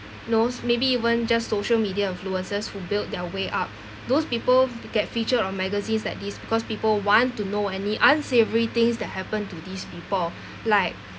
knows maybe even just social media influencers who build their way up those people get featured on magazines like this because people want to know any unsavoury things that happen to these people like